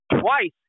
twice